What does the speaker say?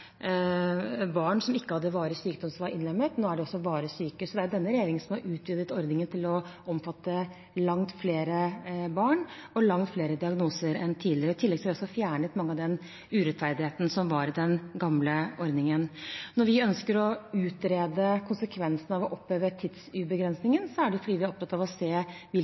barn som ikke hadde varig sykdom, som var innlemmet. Nå er det også varig syke. Det er denne regjeringen som har utvidet ordningen til å omfatte langt flere barn og langt flere diagnoser enn tidligere. I tillegg har vi fjernet mye av urettferdigheten som var i den gamle ordningen. Når vi ønsker å utrede konsekvensene av å oppheve tidsbegrensningen, er det fordi vi er opptatt av å se